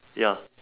ya